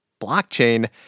blockchain